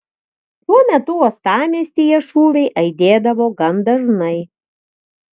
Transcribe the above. tuo metu uostamiestyje šūviai aidėdavo gan dažnai